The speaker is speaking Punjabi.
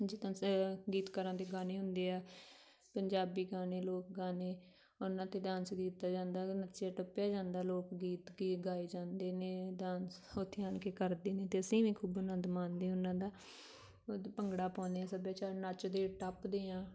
ਜਿੱਦਾਂ ਗੀਤਕਾਰਾਂ ਦੇ ਗਾਣੇ ਹੁੰਦੇ ਆ ਪੰਜਾਬੀ ਗਾਣੇ ਲੋਕ ਗਾਣੇ ਉਹਨਾਂ 'ਤੇ ਡਾਂਸ ਵੀ ਕੀਤਾ ਜਾਂਦਾ ਨੱਚੇ ਟੱਪਿਆ ਜਾਂਦਾ ਲੋਕ ਗੀਤ ਕਈ ਗਾਏ ਜਾਂਦੇ ਨੇ ਡਾਂਸ ਉੱਥੇ ਆਣ ਕੇ ਕਰਦੇ ਨੇ ਅਤੇ ਅਸੀਂ ਵੀ ਖੂਬ ਆਨੰਦ ਮਾਣਦੇ ਉਹਨਾਂ ਦਾ ਉਹਦੇ ਭੰਗੜਾ ਪਾਉਂਦੇ ਸੱਭਿਆਚਾਰ ਨੱਚਦੇ ਟੱਪਦੇ ਹਾਂ